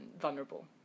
vulnerable